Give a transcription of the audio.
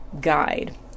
guide